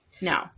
no